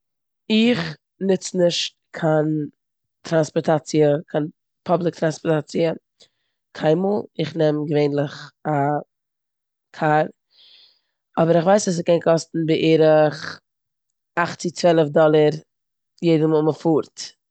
איך נוץ נישט קיין טראנספארטאציע, קיין פאבליק טראנספארטאציע, קיינמאל, איך נעם געווענטליך א קאר אבער איך ווייס אז ס'קען קאסטן בערך אכט צו צוועלף דאללער יעדע מאל מ'פארט.